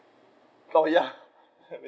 oh ya